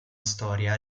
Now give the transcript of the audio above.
storia